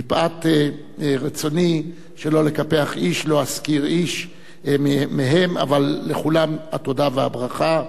מפאת רצוני שלא לקפח איש לא אזכיר איש מהם אבל לכולם התודה והברכה.